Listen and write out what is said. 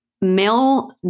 male